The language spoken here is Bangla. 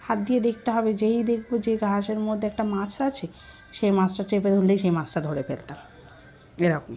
হাত দিয়ে দেখতে হবে যেই দেখবো যে ঘাসের মধ্যে একটা মাছ আছে সেই মাছটা চেপে ধরলেই সেই মাছটা ধরে ফেলতাম এরকম